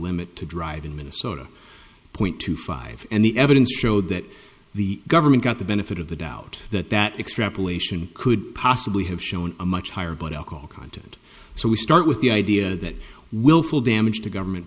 limit to drive in minnesota point two five and the evidence showed that the government got the benefit of the doubt that that extrapolation could possibly have shown a much higher blood alcohol content so we start with the idea that willful damage to government